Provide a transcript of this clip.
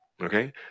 Okay